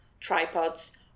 tripods